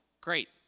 great